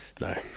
No